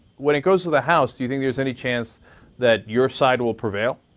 when it goes to the house, do you think there's any chance that your side will prevail?